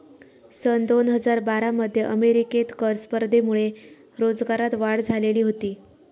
सन दोन हजार बारा मध्ये अमेरिकेत कर स्पर्धेमुळे रोजगारात वाढ झालेली होती